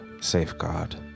safeguard